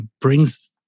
brings